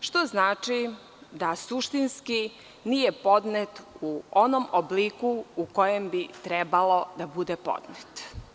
što znači da suštinski nije podnet u onom obliku u kojem bi trebalo da bude podnet.